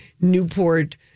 Newport